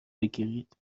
بگیرید